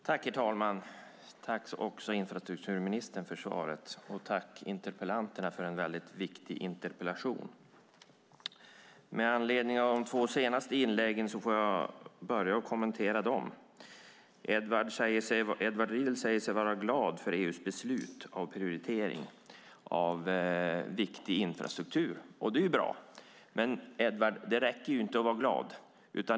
Herr talman! Tack, infrastrukturministern, för svaret, och tack, interpellanterna, för viktiga interpellationer! Jag ska börja med att kommentera de två senaste inläggen. Edward Riedl säger sig vara glad för EU:s beslut om prioritering av viktig infrastruktur. Det är bra. Men, Edward, det räcker inte att vara glad.